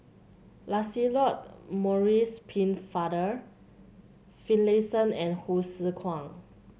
Lancelot Maurice Pennefather Finlayson and Hsu Tse Kwang